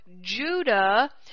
Judah